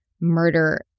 Murder